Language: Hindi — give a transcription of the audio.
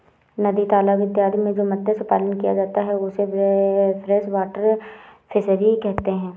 नदी तालाब इत्यादि में जो मत्स्य पालन किया जाता है उसे फ्रेश वाटर फिशरी कहते हैं